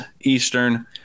Eastern